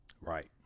Right